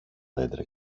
δέντρα